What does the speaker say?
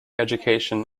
education